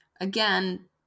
again